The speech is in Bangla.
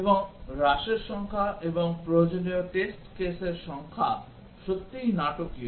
এবং হ্রাসের সংখ্যা এবং প্রয়োজনীয় টেস্ট কেসের সংখ্যা সত্যিই নাটকীয়